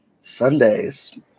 Sundays